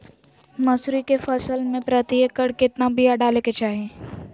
मसूरी के फसल में प्रति एकड़ केतना बिया डाले के चाही?